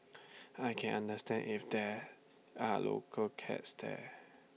I can understand if there are local cats there